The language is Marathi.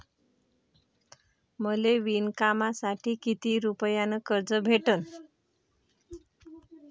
मले विणकामासाठी किती रुपयानं कर्ज भेटन?